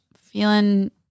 feeling